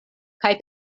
kaj